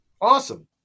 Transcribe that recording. Awesome